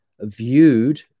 viewed